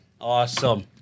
Awesome